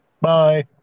Bye